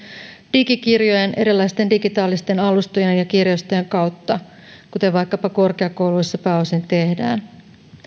digikirjojen erilaisten digitaalisten alustojen ja ja kirjastojen kautta kuten vaikkapa korkeakouluissa pääosin tehdään